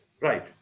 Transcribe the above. Right